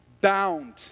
bound